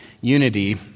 unity